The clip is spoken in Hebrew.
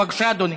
בבקשה, אדוני.